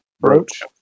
brooch